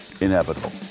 inevitable